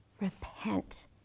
repent